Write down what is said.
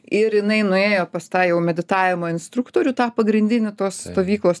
ir jinai nuėjo pas tą jau meditavimo instruktorių tą pagrindinį tos stovyklos